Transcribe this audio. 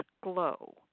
glow